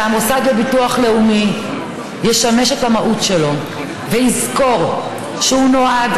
שהמוסד לביטוח לאומי יממש את המהות שלו ויזכור שהוא נועד,